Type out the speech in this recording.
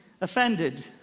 offended